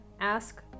ask